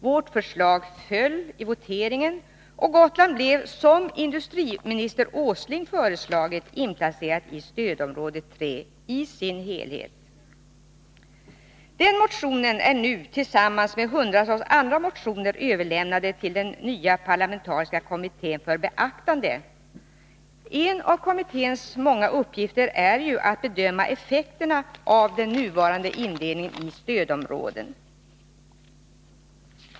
Vårt förslag föll i voteringen, och Gotland blev, som dåvarande industriministern Åsling föreslagit, i sin helhet inplacerat i stödområde C. Den motionen är nu, tillsammans med hundratals andra motioner, överlämnad till den nya parlamentariska kommittén för beaktande. En av kommitténs många uppgifter är att bedöma effekterna av den nuvarande indelningen i stödområden.